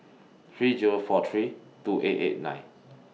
three Zero four three two eight eight nine